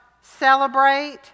celebrate